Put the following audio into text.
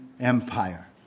Empire